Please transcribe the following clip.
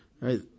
right